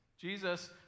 Jesus